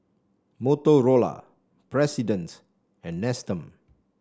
Motorola President and Nestum